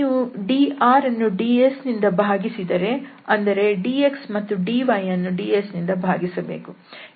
ನೀವು dr ಅನ್ನು ds ನಿಂದ ಭಾಗಿಸಿದರೆ ಅಂದರೆ dx ಮತ್ತು dy ಯನ್ನು ds ನಿಂದ ಭಾಗಿಸಬೇಕು